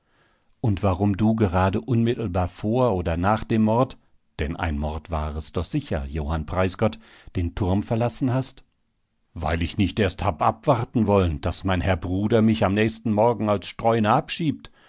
und warum du gerade unmittelbar vor oder nach dem mord denn ein mord war es doch sicher johann preisgott den turm verlassen hast weil ich nicht erst hab abwarten wollen daß mein herr bruder mich am nächsten morgen als streuner abschiebt